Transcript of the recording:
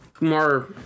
more